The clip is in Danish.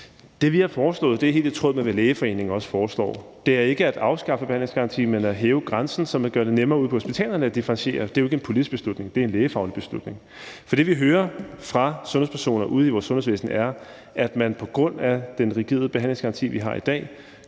Det, vi har foreslået, er helt i tråd med, hvad Lægeforeningen også foreslår. Det er ikke at afskaffe behandlingsgarantien, men at hæve grænsen, hvilket vil gøre det nemmere ude på hospitalerne at differentiere. Det er jo ikke en politisk beslutning. Det er en lægefaglig beslutning. For det, vi hører fra sundhedspersoner ude i vores sundhedsvæsen, er, at man på grund af den rigide behandlingsgaranti, vi har i dag,